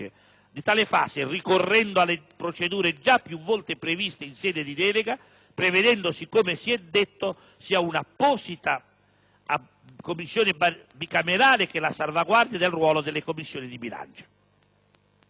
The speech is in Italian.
di tale fase, ricorrendo alle procedure già più volte previste in sede di delega, prevedendosi, come si è detto, sia una apposita Commissione bicamerale che la salvaguardia del ruolo delle Commissioni bilancio.